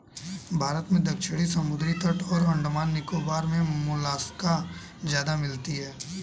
भारत में दक्षिणी समुद्री तट और अंडमान निकोबार मे मोलस्का ज्यादा मिलती है